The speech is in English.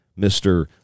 Mr